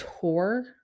tour